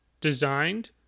designed